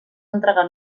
entregar